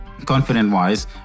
Confident-wise